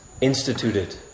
instituted